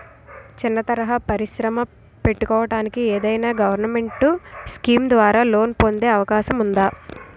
చిన్న తరహా పరిశ్రమ పెట్టుకోటానికి ఏదైనా గవర్నమెంట్ స్కీం ద్వారా లోన్ పొందే అవకాశం ఉందా?